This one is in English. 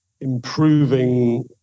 improving